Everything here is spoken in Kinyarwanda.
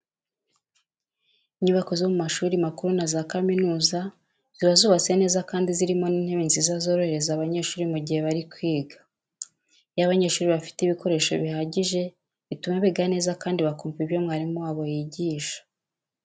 Inyubako zo mu mashuri makuru na za kaminuza ziba zubatse neza kandi zirimo n'intebe nziza zorohereza abanyeshuri mu gihe bari kwiga. Iyo abanyeshuri bafite ibikoresho bihagije bituma biga neza kandi bakumva ibyo mwarimu wabo yigisha.